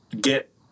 get